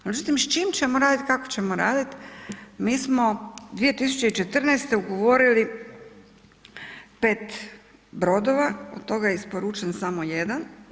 Međutim, s čime ćemo raditi, kako ćemo raditi, mi smo 2014. ugovorili 5 brodova od toga je isporučen samo jedan.